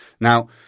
Now